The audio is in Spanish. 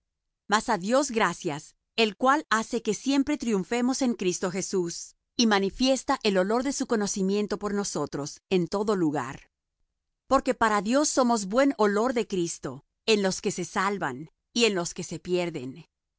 mas á dios gracias el cual hace que siempre triunfemos en cristo jesús y manifiesta el olor de su conocimiento por nosotros en todo lugar porque para dios somos buen olor de cristo en los que se salvan y en los que se pierden